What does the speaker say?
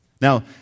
Now